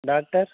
doctor